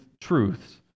truths